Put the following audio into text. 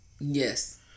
Yes